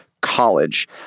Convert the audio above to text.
college